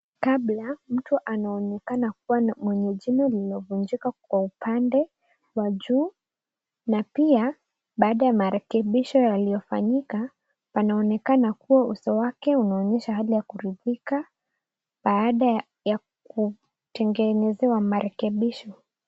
Kabla, mtu anaonekana kuwa mwenye jino lililovunjika kwa upande wa juu, na pia baada ya marekebisho yaliyofanyika panaonekana huo uso wake unaonyesha hali ya kuridhika, baada ya kutengenezewa marekebisho.